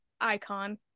Icon